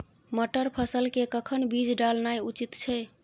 मटर फसल के कखन बीज डालनाय उचित छै?